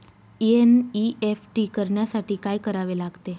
NEFT करण्यासाठी काय करावे लागते?